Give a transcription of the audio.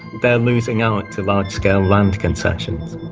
they are losing out to large-scale land concessions.